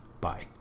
bye